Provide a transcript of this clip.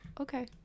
okay